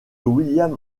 william